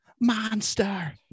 monster